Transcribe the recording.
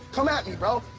come at me bro.